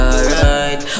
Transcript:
Alright